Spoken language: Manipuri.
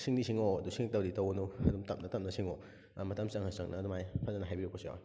ꯁꯤꯡꯗꯤ ꯁꯤꯡꯂꯛꯑꯣ ꯑꯗꯣ ꯁꯤꯡꯂꯛꯇꯕꯗꯤ ꯇꯧꯒꯅꯨ ꯑꯗꯨꯝ ꯇꯞꯅ ꯇꯞꯅ ꯁꯤꯡꯂꯛꯑꯣ ꯃꯇꯝ ꯆꯪꯂꯁꯨ ꯆꯪꯅ ꯑꯗꯨꯃꯥꯏꯅ ꯐꯖꯅ ꯍꯥꯏꯕꯤꯔꯛꯄꯁꯨ ꯌꯥꯎꯏ